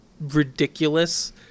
ridiculous